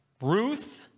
Ruth